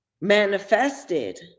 manifested